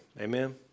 amen